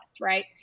right